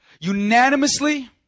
Unanimously